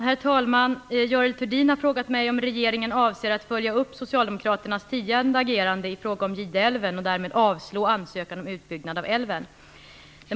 Herr talman! Görel Thurdin har frågat mig om regeringen avser att följa upp socialdemokraternas tidigare agerande i frågan om Gideälven och därmed avslå ansökan om utbyggnad av älven.